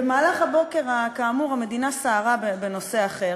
במהלך הבוקר, כאמור, המדינה סערה בנושא אחר.